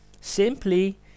simply